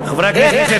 חברי הכנסת,